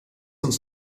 uns